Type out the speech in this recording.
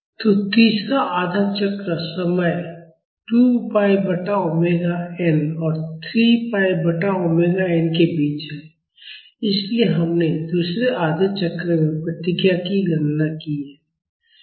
तो तीसरा आधा चक्र समय 2 पाई बटा ओमेगा n और 3 पाई बटा ओमेगा n के बीच है इसलिए हमने दूसरे आधे चक्र में प्रतिक्रिया की गणना की है